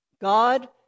God